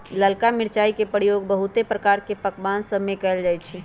ललका मिरचाई के प्रयोग बहुते प्रकार के पकमान सभमें कएल जाइ छइ